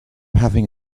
having